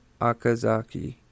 Akazaki